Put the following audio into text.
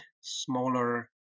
smaller